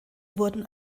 wurden